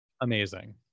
Amazing